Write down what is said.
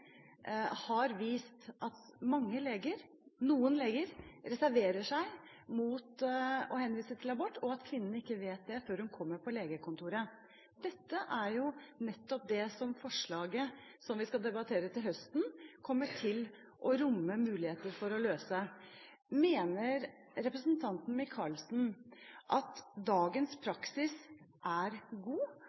har vist at noen leger reserverer seg mot å henvise til abort, og at kvinnen ikke vet det før hun kommer på legekontoret. Dette er nettopp det som forslaget vi skal debattere til høsten, kommer til å romme mulighet for å løse. Mener representanten Micaelsen at dagens praksis er god,